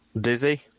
dizzy